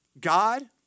God